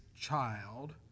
child